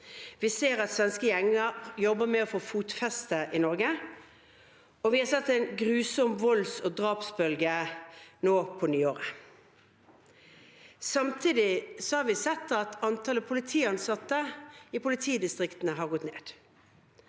Vi ser at svenske gjenger jobber med å få fotfeste i Norge, og vi har sett en grusom volds- og drapsbølge nå på nyåret. Samtidig har vi sett at antallet politiansatte i politidistriktene har gått ned.